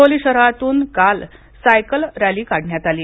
हिंगोली शहरातून काल cycle rally काढण्यात आली